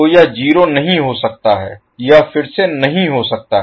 तो यह 0 नहीं हो सकता है यह फिर से नहीं हो सकता है